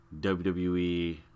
WWE